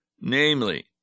Namely